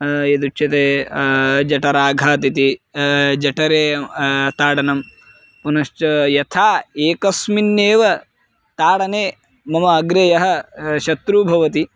यदुच्यते जटराघात् इति जटरे ताडनं पुनश्च यथा एकस्मिन्नेव ताडने मम अग्रे यः शत्रुः भवति